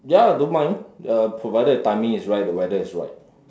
ya I don't mind uh provided timing is right the weather right